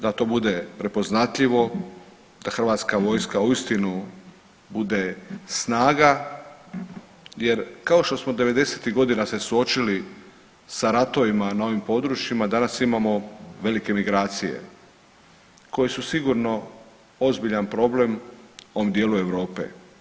Da to bude prepoznatljivo, da Hrvatska vojska uistinu bude snaga jer, kao što smo 90-ih godina se suočili sa ratovima na ovim područjima, danas imamo velike migracije koje su sigurno ozbiljan problem u ovom dijelu Europe.